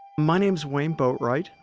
my name's wayne boatwright.